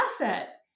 asset